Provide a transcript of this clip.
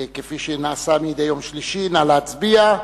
כפי שנעשה מדי יום שלישי, נא להצביע.